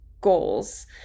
goals